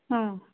हां